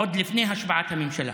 עוד לפני השבעת הממשלה?